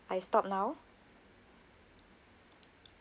I stop now